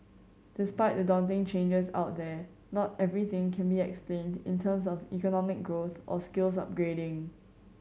despite the daunting changes out there not everything can be explained in terms of economic growth or skills upgrading